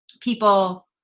people